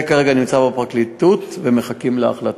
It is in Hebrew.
זה נמצא כרגע בפרקליטות ומחכים להחלטה.